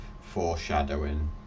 foreshadowing